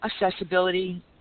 accessibility